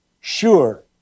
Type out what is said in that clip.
sure